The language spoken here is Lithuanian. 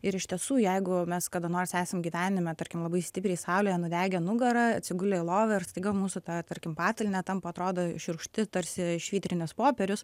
ir iš tiesų jeigu mes kada nors esam gyvenime tarkim labai stipriai saulėje nudegę nugarą atsigulę į lovą ir staiga mūsų ta tarkim patalynė tampa atrodo šiurkšti tarsi švitrinis popierius